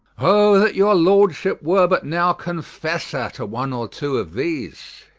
o that your lordship were but now confessor, to one or two of these